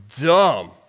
dumb